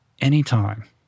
anytime